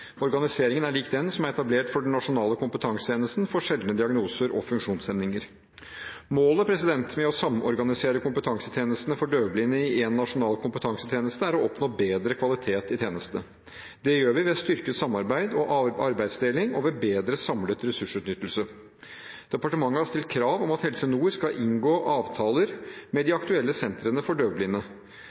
Organiseringen er lik den som er etablert for den nasjonale kompetansetjenesten for sjeldne diagnoser og funksjonshemninger. Målet med å samorganisere komptetansetjenestene for døvblinde i én nasjonal kompetansetjeneste er å oppnå bedre kvalitet i tjenestene. Det gjør vi ved styrket samarbeid og arbeidsdeling og ved bedre samlet ressursutnyttelse. Departementet har stilt krav om at Helse Nord skal inngå avtaler med de aktuelle sentrene for